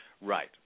Right